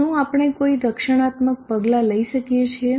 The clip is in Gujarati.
શું આપણે કોઈ રક્ષણાત્મક પગલાં લઈ શકીએ છીએ